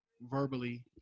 verbally